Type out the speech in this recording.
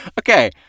Okay